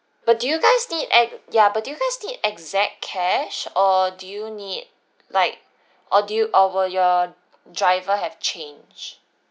but do you guys need ex~ ya but do you guys need exact cash or do you need like or do you or will your driver have change